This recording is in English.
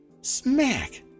smack